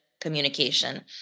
communication